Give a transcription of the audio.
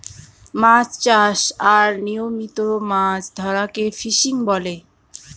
মাছ চাষ আর নিয়মিত মাছ ধরাকে ফিসিং বলে